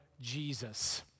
Jesus